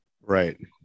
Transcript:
Right